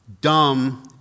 dumb